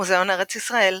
מוזיאון ארץ ישראל,